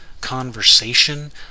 conversation